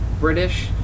British